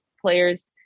players